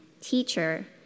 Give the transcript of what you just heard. Teacher